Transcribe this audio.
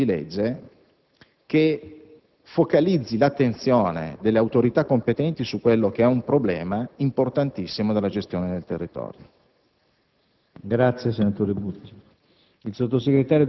in futuro un disegno di legge che focalizzi l'attenzione delle autorità competenti su quello che è un problema importantissimo della gestione del territorio.